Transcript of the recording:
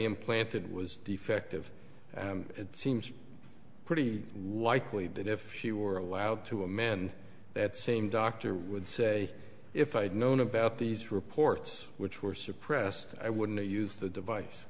implanted was defective and it seems pretty likely that if she were allowed to amend that same doctor would say if i had known about these reports which were suppressed i wouldn't use the device